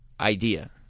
idea